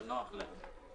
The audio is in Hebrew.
אבל נוח להם.